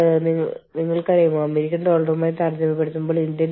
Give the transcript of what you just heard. ഒപ്പം എവിടെയാണ് യൂണിയൻവൽക്കരണം ഒഴിവാക്കേണ്ടത്